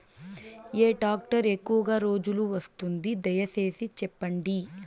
ఏ tractor ఎక్కువగా రోజులు వస్తుంది, దయసేసి చెప్పండి?